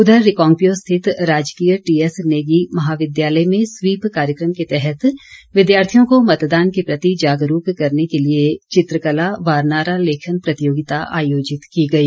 उधर रिकांगपिओ स्थित राजकीय टीएसनेगी महाविद्यालय में स्वीप कार्यकम के तहत विद्यार्थियों को मतदान के प्रति जागरूक करने के लिए चित्रकला व नारा लेखन प्रतियोगिता आयोजित की गई